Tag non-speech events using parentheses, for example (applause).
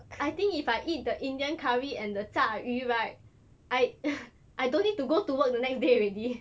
I think if I eat the indian curry and the 炸鱼 right I (noise) I don't need to go to work the next day already